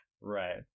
Right